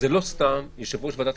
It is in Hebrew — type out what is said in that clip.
לא סתם שיושב-ראש ועדת